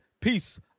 Peace